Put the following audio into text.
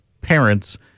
parents